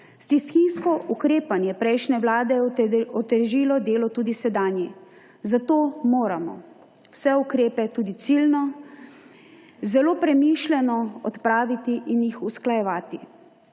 Stihijsko ukrepanje prejšnje vlade je otežilo delo tudi sedanji, zato moramo vse ukrepe tudi ciljno zelo premišljeno odpraviti in jih usklajevati.